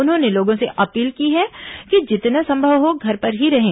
उन्होंने लोगों से अपील की है कि जितना संभव हो घर पर ही रहें